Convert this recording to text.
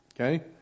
okay